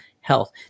health